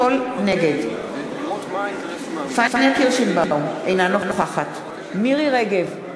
נגד פניה קירשנבאום, אינה נוכחת מירי רגב,